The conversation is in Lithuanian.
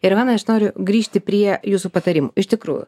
ir ivanai aš noriu grįžti prie jūsų patarimų iš tikrųjų